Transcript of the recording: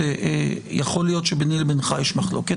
יכול להיות שביני לבינך יש מחלוקת.